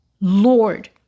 Lord